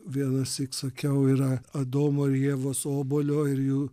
vienąsyk sakiau yra adomo ir ievos obuolio ir jų